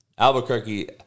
Albuquerque